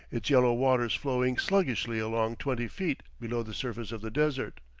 its yellow waters flowing sluggishly along twenty feet below the surface of the desert.